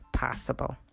possible